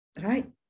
right